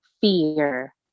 fear